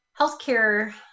healthcare